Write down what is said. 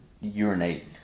urinate